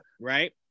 right